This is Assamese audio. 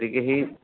গতিকে সেই